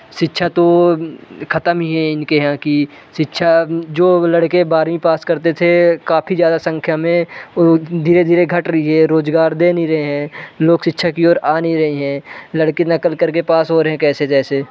शिक्षा तो ख़त्म ही हैं इनके यहाँ की शिक्षा जो लड़के बारवीं पास करते थे काफ़ी ज़्यादा संख्या में वो धीरे धीरे घट रही है रोजगार दे नहीं रहे हैं लोग शिक्षा की ओर आ नहीं रहे हैं लड़के नकल करके पास हो रहे हैं कैसे जैसे